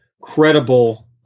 credible